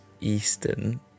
Eastern